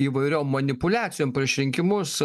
įvairiom manipuliacijom prieš rinkimus